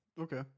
Okay